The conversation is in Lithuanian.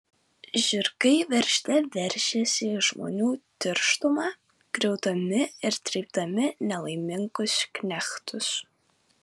žirgai veržte veržėsi į žmonių tirštumą griaudami ir trypdami nelaimingus knechtus